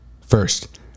First